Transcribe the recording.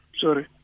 Sorry